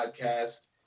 podcast